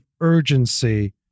urgency